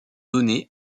données